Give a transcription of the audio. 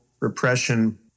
repression